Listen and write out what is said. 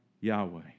Yahweh